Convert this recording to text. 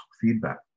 feedback